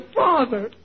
father